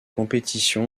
compétition